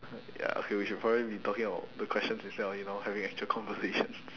ya okay we should be probably talking about the questions instead of you know having actual conversations